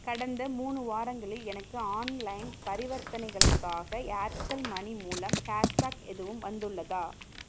கடந்த மூணு வாரங்களில் எனக்கு ஆன்லைன் பரிவர்த்தனைகளுக்காக ஏர்டெல் மணி மூலம் கேஷ்பேக் எதுவும் வந்துள்ளதா